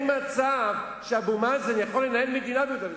אין מצב שאבו מאזן יוכל לנהל מדינה ביהודה ושומרון.